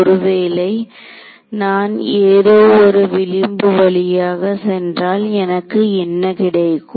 ஒருவேளை நான் ஏதோ ஒரு விளிம்பு வழியாக சென்றால் எனக்கு என்ன கிடைக்கும்